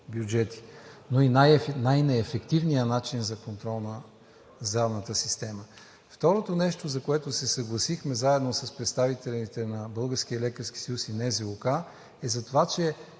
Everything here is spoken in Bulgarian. бюджети, но и най-неефективният начин за контрол на здравната система. Второто нещо, за което се съгласихме заедно с представителите на Българския лекарски